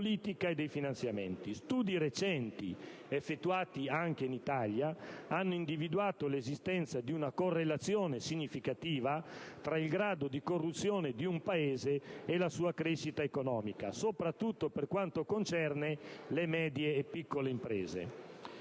e dei finanziamenti. Studi recenti, effettuati anche in Italia, hanno individuato l'esistenza di una correlazione significativa tra il grado di corruzione di un Paese e la sua crescita economica, soprattutto per quanto concerne le medie e piccole imprese.